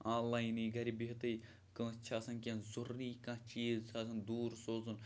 آن لاینٕے گَرِ بِہتٕے کٲنٛسہِ چھِ آسان کینٛہہ ضروٗری کانٛہہ چیٖز سُہ آسان دوٗر سوزُن